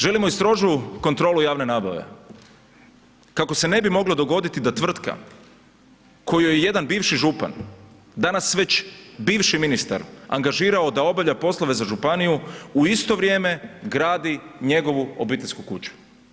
Želimo i strožu kontrolu javne nabave kako se ne bi moglo dogoditi da tvrtka kojoj je jedan bivši župan, danas već bivši ministar angažirao da obavlja poslove za županiju u isto vrijeme gradi njegovu obiteljsku kuću.